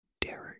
Derek